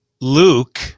Luke